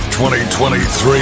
2023